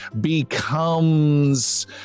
becomes